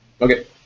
Okay